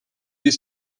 des